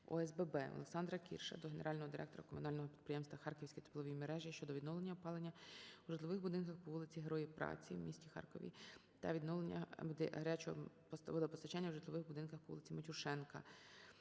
ОСББ. ОлександраКірша до Генерального директора Комунального підприємства "Харківські теплові мережі" щодо відновлення опалення у житлових будинках по вулиці Героїв Праці в місті Харкові та відновлення гарячого водопостачання у житлових будинках по вулиці Матюшенка